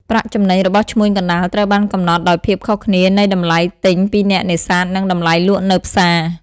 ប្រាក់ចំណេញ របស់ឈ្មួញកណ្តាលត្រូវបានកំណត់ដោយភាពខុសគ្នានៃតម្លៃទិញពីអ្នកនេសាទនិងតម្លៃលក់នៅផ្សារ។